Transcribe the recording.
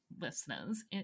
listeners